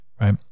right